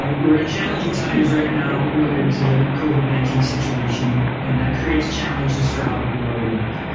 we're in challenging times right now related to the covid nineteen situation and that creates challenges for how we do our work.